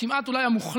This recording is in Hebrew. אולי כמעט המוחלט,